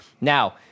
Now